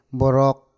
borok